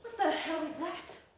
the hell was that?